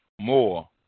More